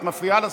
את מפריעה לשר,